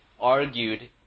argued